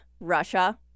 Russia